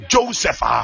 Joseph